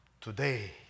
today